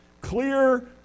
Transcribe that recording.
clear